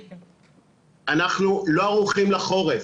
אנחנו לא ערוכים לחורף.